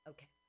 Okay